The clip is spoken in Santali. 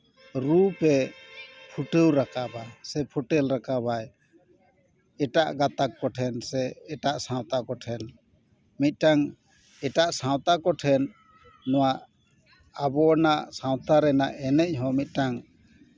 ᱨᱩᱯ ᱮ ᱯᱷᱩᱴᱟᱹᱣ ᱨᱟᱠᱟᱵᱟ ᱥᱮᱭ ᱯᱷᱚᱴᱮᱞ ᱨᱟᱠᱟᱵᱟᱭ ᱮᱴᱟᱜ ᱜᱟᱛᱟᱠ ᱠᱚᱴᱷᱮᱱ ᱥᱮ ᱮᱴᱟᱜ ᱥᱟᱶᱛᱟ ᱠᱚᱴᱷᱮᱱ ᱢᱤᱫᱴᱟᱝ ᱮᱴᱟᱜ ᱥᱟᱶᱛᱟ ᱠᱚᱴᱷᱮᱱ ᱱᱚᱣᱟ ᱟᱵᱚᱱᱟᱜ ᱥᱟᱶᱛᱟ ᱨᱮᱱᱟᱜ ᱮᱱᱮᱡ ᱦᱚᱸ ᱢᱤᱫᱴᱟᱝ